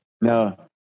No